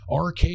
RK